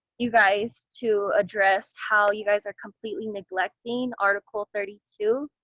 you guys to address how you guys are completely neglecting article thirty two,